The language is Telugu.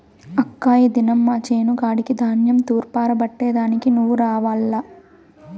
అక్కా ఈ దినం మా చేను కాడికి ధాన్యం తూర్పారబట్టే దానికి నువ్వు రావాల్ల